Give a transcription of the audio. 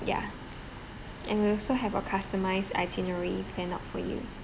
yeah and we also have a customised itinerary planned out for you